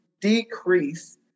decrease